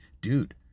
dude